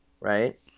right